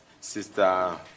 Sister